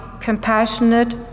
compassionate